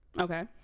Okay